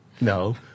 No